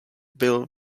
byl